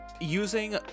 using